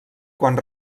quan